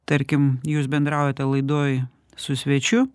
tarkim jūs bendraujate laidoj su svečiu